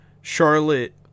Charlotte